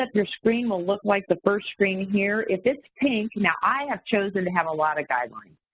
ah your screen will look like the first screen here. if it's pink, now i have chosen to have a lot of guidelines.